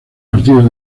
partidos